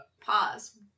Pause